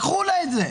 לקחו לה את זה.